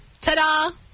ta-da